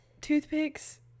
toothpicks